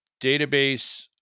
database